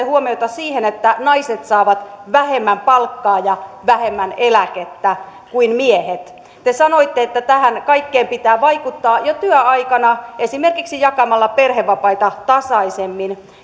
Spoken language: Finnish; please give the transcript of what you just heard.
huomiota siihen että naiset saavat vähemmän palkkaa ja vähemmän eläkettä kuin miehet te sanoitte että tähän kaikkeen pitää vaikuttaa jo työaikana esimerkiksi jakamalla perhevapaita tasaisemmin